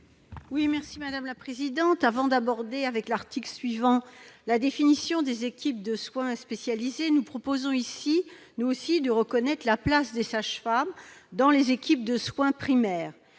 à Mme Laurence Cohen. Avant d'aborder à l'article suivant la définition des équipes de soins spécialisées, nous proposons nous aussi de reconnaître la place des sages-femmes dans les équipes de soins primaires.